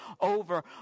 over